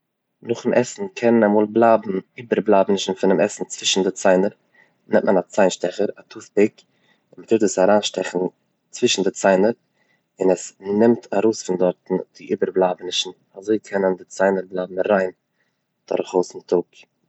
נאכן עסן קען אמעל בלייבן איבערבלייבענישן פונעם עסן צווישן די ציינער נעמט מען א ציינשטעכער, טוטפיק, מען טוט דאס אריינשטעכן צווישן די ציינער און עס נעמט ארויס פון דארטן די איבערבלייבענישן, אזוי קענען די ציינער בלייבן ריין דורכאויסן טאג.